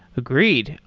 agreed.